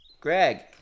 Greg